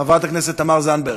חברת הכנסת תמר זנדברג,